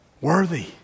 Worthy